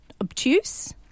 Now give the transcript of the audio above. obtuse